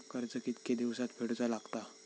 कर्ज कितके दिवसात फेडूचा लागता?